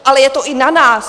Ale je to i na nás.